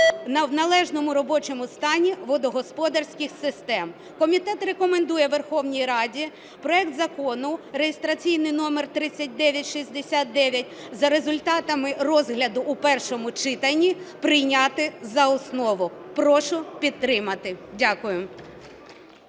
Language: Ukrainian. у належному робочому стані водогосподарських систем. Комітет рекомендує Верховній Раді проект закону (реєстраційний номер 3969) за результатами розгляду у першому читанні прийняти за основу. Прошу підтримати. Дякую.